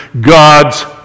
God's